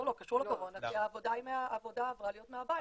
לא, קשור לקורונה, כי העבודה עברה להיות מהבית.